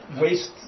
waste